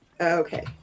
Okay